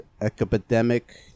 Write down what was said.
epidemic